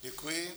Děkuji.